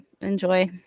enjoy